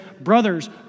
brothers